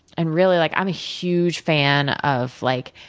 and, really like i'm a huge fan of like